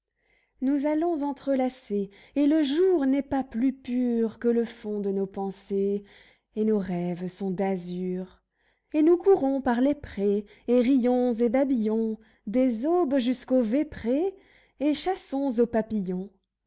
nous allons entrelacées et le jour n'est pas plus pur que le fond de nos pensées et nos rêves sont d'azur et nous courons par les prés et rions et babillons des aubes jusqu'aux vesprées et chassons aux papillons